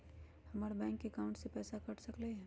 हमर bank account से पैसा कट सकलइ ह?